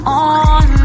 on